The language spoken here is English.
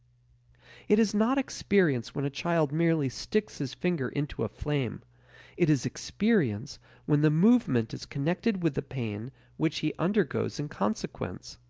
it is not experience when a child merely sticks his finger into a flame it is experience when the movement is connected with the pain which he undergoes in consequence.